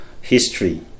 history